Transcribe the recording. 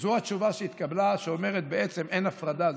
זאת התשובה שהתקבלה, שאומרת שבעצם אין הפרדה.